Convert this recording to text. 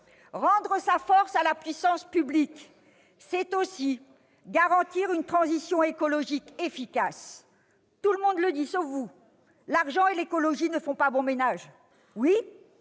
Rendre sa force à la puissance publique, c'est aussi garantir une transition écologique efficace. Tout le monde le dit, sauf vous : l'argent et l'écologie ne font pas bon ménage.